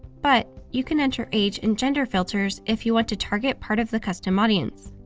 but you can enter age and gender filters if you want to target part of the custom audience.